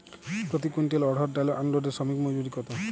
প্রতি কুইন্টল অড়হর ডাল আনলোডে শ্রমিক মজুরি কত?